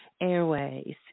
airways